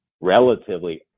relatively